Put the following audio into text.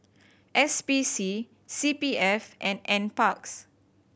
S P C C P F and N Parks